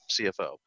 cfo